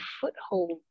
foothold